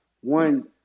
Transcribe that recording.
one